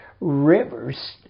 Rivers